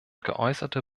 geäußerte